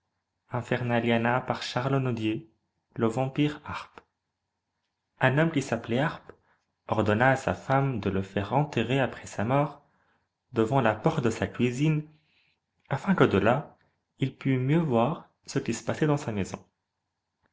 le vampire harppe un homme qui s'appelait harppe ordonna à sa femme de le faire enterrer après sa mort devant la porte de sa cuisine afin que delà il put mieux voir ce qui se passait dans sa maison